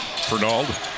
Fernald